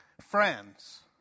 Friends